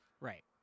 right